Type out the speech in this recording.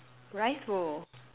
rice bowl